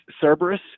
Cerberus